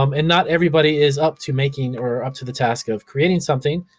um and not everybody is up to making, or up to the task of creating something,